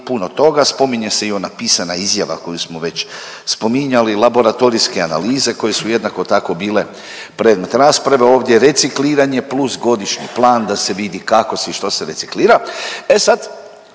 puno toga, spominje se i ona pisana izjava koju smo već spominjali, laboratorijske analize koje su jednako tako bile predmet rasprave. Ovdje recikliranje plus godišnji plan da se vidi kako se i što se reciklira. E sad,